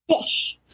Fish